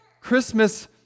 Christmas